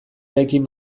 eraikin